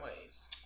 ways